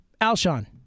Alshon